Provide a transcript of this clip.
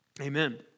Amen